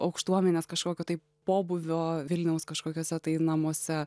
aukštuomenės kažkokio tai pobūvio vilniaus kažkokiuose tai namuose